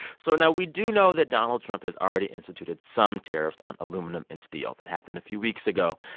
so now, we do know that donald trump has already instituted some tariffs on aluminum and steel. that happened a few weeks ago.